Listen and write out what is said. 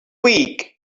week